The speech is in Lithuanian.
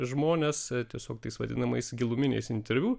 žmones tiesiog tais vadinamais giluminiais interviu